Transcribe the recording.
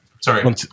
Sorry